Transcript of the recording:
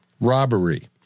Robbery